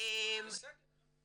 זה פשוט --- תמשיכי.